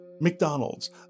McDonald's